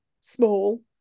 small